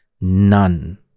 none